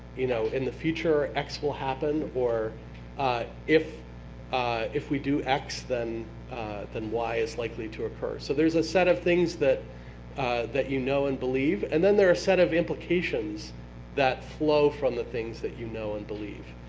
you know in the future, x will happen. or if if we do x, then then y is likely to occur. so there is a set of things that that you know and believe, and then there is a set of implications that flow from the things that you know and believe.